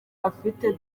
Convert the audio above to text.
afite